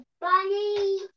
bunny